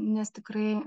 nes tikrai